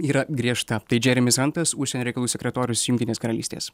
yra griežta tai džeremis hantas užsienio reikalų sekretorius jungtinės karalystės